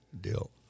deal